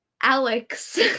alex